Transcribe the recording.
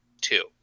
two